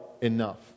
enough